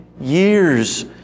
years